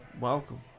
welcome